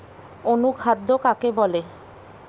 অনুখাদ্য কাকে বলে?